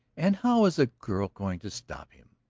and how is a girl going to stop him?